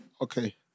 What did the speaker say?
Okay